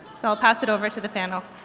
so i'll pass it over to the panel.